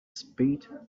spade